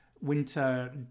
Winter